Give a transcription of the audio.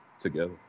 together